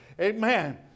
Amen